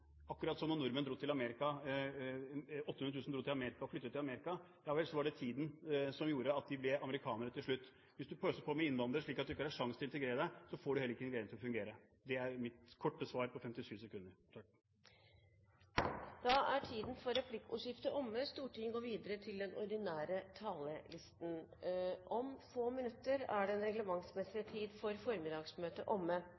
Amerika. Da var det tiden som gjorde at de ble amerikanere til slutt. Hvis du pøser på med innvandrere slik at de ikke har sjanse til å integrere seg, får du heller ikke integreringen til å fungere. Dette er mitt korte svar på 57 sekunder. Replikkordskiftet er omme. Om få minutter er den reglementsmessige tid for formiddagsmøtet omme. Presidenten vil foreslå at Stortinget